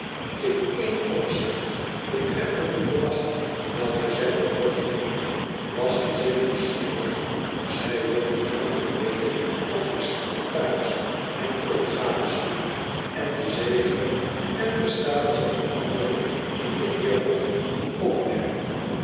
in één opzicht betreffende de wacht welke zif op boffin hield was zij zeer nieuwsgierig zij wilde nameiijk weten of de secretaris hem ook gadesloeg en de zekere en gestadige verandering inden heer boffin opmerkte